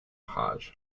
hajj